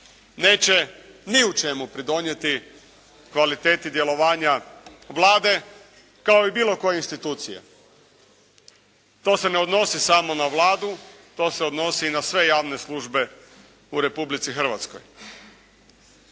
neće ni u čemu pridonijeti kvaliteti djelovanja Vlade, kao i bilo koje institucije. To se ne odnosi samo na Vladu, to se odnosi i na sve javne službe u Republici Hrvatskoj.